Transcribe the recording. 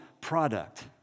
product